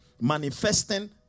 manifesting